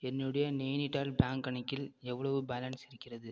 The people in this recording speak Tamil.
என்னுடைய நேனிடால் பேங்க் கணக்கில் எவ்வளவு பேலன்ஸ் இருக்கிறது